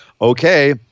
okay